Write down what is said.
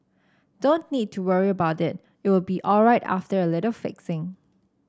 don't need to worry about it it will be alright after a little fixing